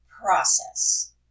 process